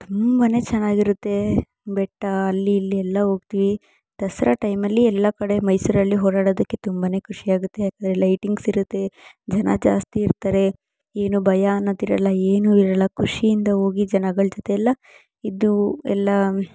ತುಂಬನೇ ಚೆನ್ನಾಗಿರುತ್ತೆ ಬೆಟ್ಟ ಅಲ್ಲಿ ಇಲ್ಲಿ ಎಲ್ಲ ಹೋಗ್ತೀವಿ ದಸರಾ ಟೈಮಲ್ಲಿ ಎಲ್ಲ ಕಡೆ ಮೈಸೂರಲ್ಲಿ ಓಡಾಡೋದಕ್ಕೆ ತುಂಬನೇ ಖುಷಿಯಾಗುತ್ತೆ ಯಾಕೆಂದ್ರೆ ಲೈಟಿಂಗ್ಸ್ ಇರುತ್ತೆ ಜನ ಜಾಸ್ತಿ ಇರ್ತಾರೆ ಏನೂ ಭಯ ಅನ್ನೋದಿರೋಲ್ಲ ಏನೂ ಇರೋಲ್ಲ ಖುಷಿಯಿಂದ ಹೋಗಿ ಜನಗಳ ಜೊತೆಯೆಲ್ಲ ಇದ್ದು ಎಲ್ಲ